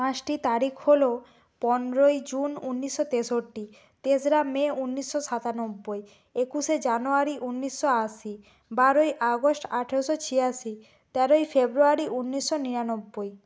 পাঁচটি তারিখ হল পনেরোই জুন ঊনিশশো তেষট্টি তেসরা মে ঊনিশশো সাতানব্বই একুশে জানুয়ারি ঊনিশশো আশি বারোই আগস্ট আঠেরোশো ছিয়াশি তেরোই ফেব্রুয়ারি ঊনিশশো নিরানব্বই